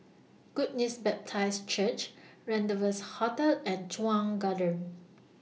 Good News Baptist Church Rendezvous Hotel and Chuan Garden